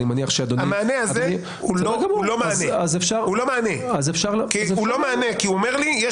המענה הזה הוא לא מענה כי אומר לי: יש